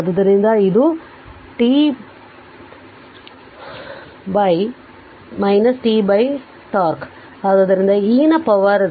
ಆದ್ದರಿಂದ ಇದು t t τ ಆದ್ದರಿಂದ e ನ ಪವರ್ಗೆ 0